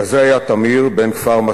כזה היה תמיר, בן כפר-מסריק,